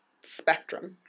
spectrum